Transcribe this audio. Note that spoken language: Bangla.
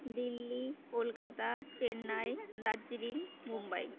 দিল্লি কলকাতা চেন্নাই দার্জিলিং মুম্বাই